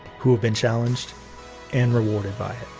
who have been challenged and rewarded by it.